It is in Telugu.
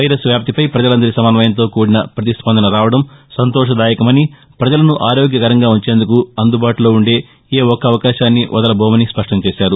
వైరస్ వ్యాప్తిపై ప్రజలందరి సమస్వయంతో కూడిన ప్రతిస్పందన రావడం సంతోషదాయకమని ప్రపజలను ఆరోగ్యకరంగా ఉంచేందుకు అందుబాటులో ఉందే ఏ ఒక్క అవకాశాన్ని వదలబోమని స్పష్ణం చేశారు